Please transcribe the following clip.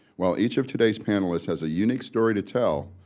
while each of today's panelists has a unique story to tell,